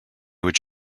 what